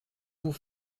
vous